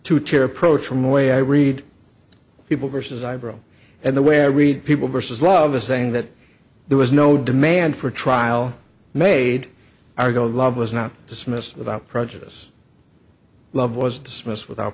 to tear approach from the way i read people versus i bro and the way i read people versus love us saying that there was no demand for trial made argo love was not dismissed without prejudice love was dismissed without